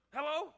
Hello